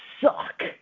suck